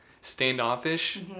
standoffish